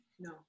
No